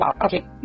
Okay